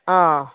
ꯑꯥ